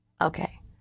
Okay